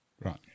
Right